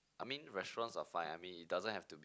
I mean restaurants are fine I mean it doesn't have to be